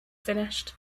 finished